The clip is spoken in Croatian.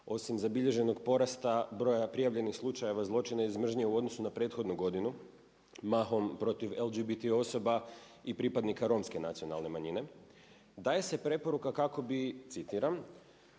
osim zabilježenog porasta broja prijavljenih slučajeva zločina iz mržnje u odnosu na prethodnu godinu mahom protiv LGBT osoba i pripadnika Romske nacionalne manjine, daje se preporuka kako bi, citiram: